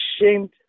ashamed